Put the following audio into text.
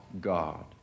God